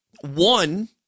One